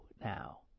now